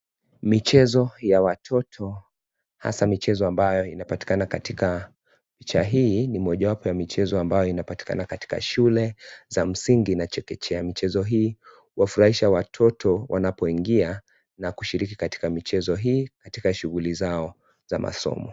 Michezo ya watoto hasa michezo ambayo inayopatikana katika picha hii ni mojawapo ya michezo ambayo inapatikana katika shule za msingi na chekechea. Michezo hii huwafurahisha watoto wanapoingia na kushiriki katika michezo hii katika shughuli zao za masomo.